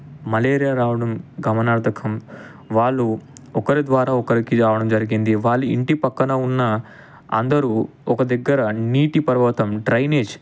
malaria రావడం గమనార్థకం వాళ్ళు ఒకరి ద్వారా ఒకరికి రావడం జరిగింది వాళ్ళ ఇంటి పక్కన ఉన్న అందరూ ఒక దగ్గర నీటి పర్వతం డ్రైనేజ్